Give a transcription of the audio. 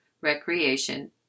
recreation